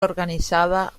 organizada